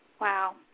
Wow